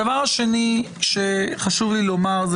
הדבר השני שחשוב לי לומר,